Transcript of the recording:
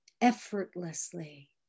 effortlessly